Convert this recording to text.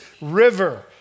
river